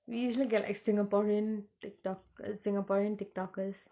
we usually get like singaporean tiktokay singaporean tiktokayers